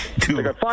two